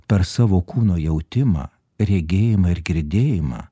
per savo kūno jautimą regėjimą ir girdėjimą